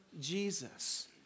Jesus